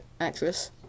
actress